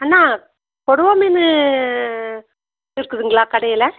அண்ணா கொடுவா மீன் இருக்குதுங்களா கடையில்